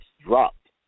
dropped